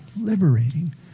liberating